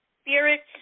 Spirits